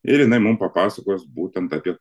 ir jinai mums papasakos būtent apie